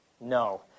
No